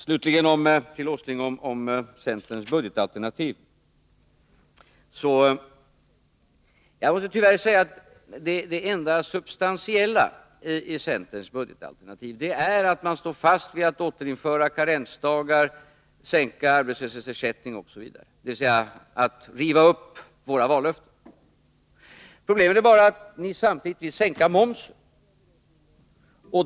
Slutligen till Nils Åsling om centerns budgetalternativ: Jag måste tyvärr säga att det enda substantiella i centerns budgetalternativ är att ni står fast vid att återinföra karensdagar, att sänka arbetslöshetsersättningen osv., dvs. att riva upp våra vallöften. Problemet är bara att ni samtidigt vill sänka momsen.